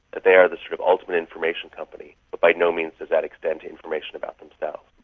they are the sort of ultimate information company but by no means does that extend to information about themselves.